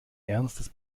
ernstes